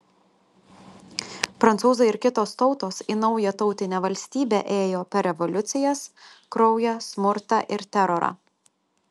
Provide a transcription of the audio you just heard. prancūzai ir kitos tautos į naują tautinę valstybę ėjo per revoliucijas kraują smurtą ir terorą